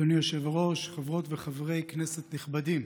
אדוני היושב-ראש, חברות וחברי כנסת נכבדים,